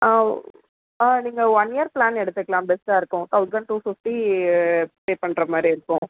ஆ நீங்கள் one year plan எடுத்துக்கலாம் பெஸ்ட்டாக இருக்கும் தௌசண்ட் டூ ஃபிஃப்டி பே பண்ணுற மாதிரி இருக்கும்